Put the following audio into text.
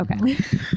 Okay